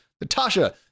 Natasha